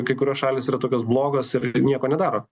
kai kurios šalys yra tokios blogos ir nieko nedaro